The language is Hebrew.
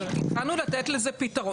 התחלנו לתת לזה פיתרון